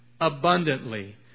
abundantly